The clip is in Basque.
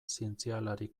zientzialari